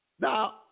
Now